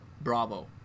bravo